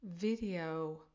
video